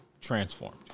transformed